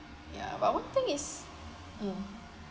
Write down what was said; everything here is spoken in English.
ya but one thing is mm